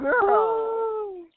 Girl